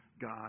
God